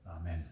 Amen